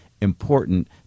important